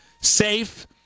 safe